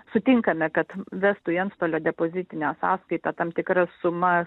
sutinkame kad vestų į antstolio depozitinę sąskaitą tam tikras suma